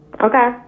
Okay